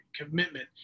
commitment